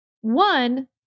One